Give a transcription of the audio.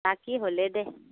তাকে হ'লে দে